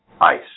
ice